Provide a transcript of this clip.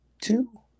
two